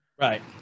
right